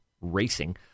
racing